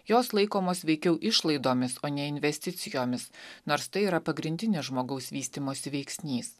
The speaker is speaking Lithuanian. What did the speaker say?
jos laikomos veikiau išlaidomis o ne investicijomis nors tai yra pagrindinis žmogaus vystymosi veiksnys